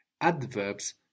Adverbs